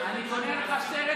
שטרן,